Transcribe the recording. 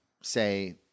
say